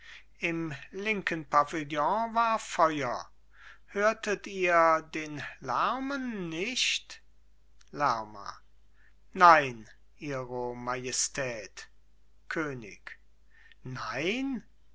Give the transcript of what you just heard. im linken pavillon war feuer hörtet ihr den lärmen nicht lerma nein ihre majestät könig nein